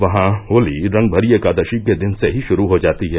वहां होली रंगभरी एकादशी के दिन से ही गुरू हो जाती है